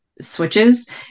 switches